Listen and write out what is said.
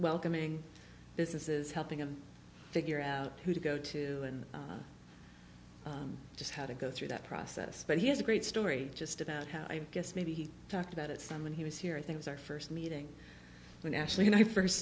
welcoming businesses helping him figure out who to go to and just how to go through that process but he has a great story just about how i guess maybe he talked about it some when he was here things our first meeting when ashley and i first